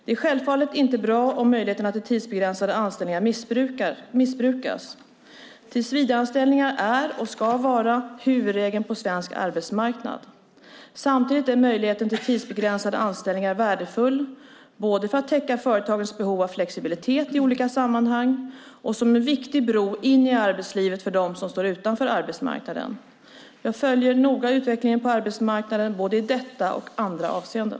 Det är självfallet inte bra om möjligheterna till tidsbegränsade anställningar missbrukas. Tillsvidareanställningar är och ska vara huvudregeln på svensk arbetsmarknad. Samtidigt är möjligheten till tidsbegränsade anställningar värdefull både för att täcka företagens behov av flexibilitet i olika sammanhang och som en viktig bro in i arbetslivet för dem som står utanför arbetsmarknaden. Jag följer noga utvecklingen på arbetsmarknaden, både i detta och i andra avseenden.